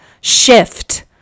shift